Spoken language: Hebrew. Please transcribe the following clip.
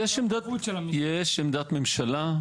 יש עמדת ממשלה.